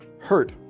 Hurt